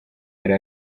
yari